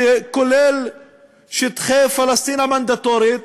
שכולל את שטחי פלסטין המנדטורית